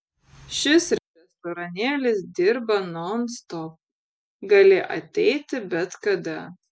šis restoranėlis dirba nonstop gali ateiti bet kada